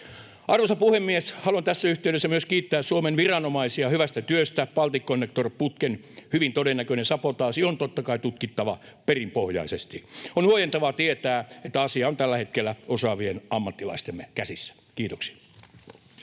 Arvoisa puhemies! Haluan tässä yhteydessä myös kiittää Suomen viranomaisia hyvästä työstä. Balticconnector-putken hyvin todennäköinen sabotaasi on totta kai tutkittava perinpohjaisesti. On huojentavaa tietää, että asia on tällä hetkellä osaavien ammattilaistemme käsissä. — Kiitoksia.